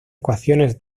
ecuaciones